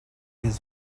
his